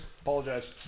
Apologize